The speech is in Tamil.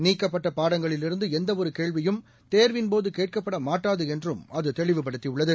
நீக்கப்பட்டபாடங்களிலிருந்துஎந்தவொருகேள்வியும் தேர்வின்போதுகேட்கப்படமாட்டாதுஎன்றும் அதுதெளிவுபடுத்தியுள்ளது